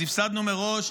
אז הפסדנו מראש.